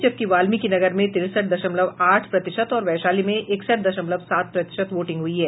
जबकि वाल्मिकी नगर में तिरसठ दशमलव आठ प्रतिशत और वैशाली में इकसठ दशमलव सात प्रतिशत वोटिंग हुई है